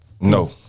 No